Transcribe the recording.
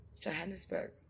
Johannesburg